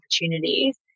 opportunities